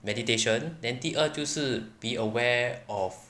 meditation then 第二就是 be aware of